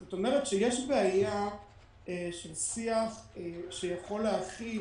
זאת אומרת שיש בעיה של שיח שיכול להכיל